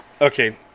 okay